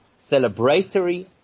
celebratory